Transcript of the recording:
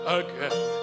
again